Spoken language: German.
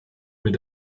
mit